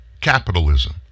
Capitalism